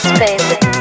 baby